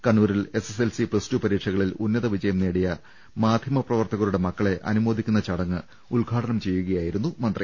കണ്ണൂരിൽ S S LC plus two പരീക്ഷകളിൽ ഉന്നതവിജയം നേടിയ മാധ്യമ പ്രവർത്തകരുടെ മക്കളെ അനുമോദിക്കുന്ന ചടങ്ങ് ഉദ്ഘാടനം ചെയ്യുകയായിരുന്നു മന്ത്രി